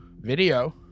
Video